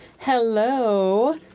Hello